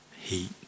heat